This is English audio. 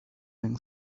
man